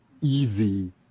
easy